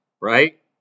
right